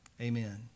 Amen